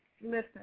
listen